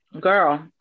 Girl